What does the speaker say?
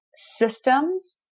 systems